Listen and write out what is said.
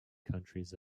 countries